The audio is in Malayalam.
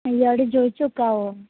അവിടെയൊന്നു ചോദിച്ചുനോക്കാമോ